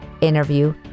interview